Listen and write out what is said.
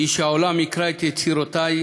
היא שהעולם יקרא את יצירותי,